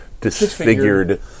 disfigured